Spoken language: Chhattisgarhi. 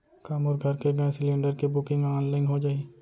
का मोर घर के गैस सिलेंडर के बुकिंग ऑनलाइन हो जाही?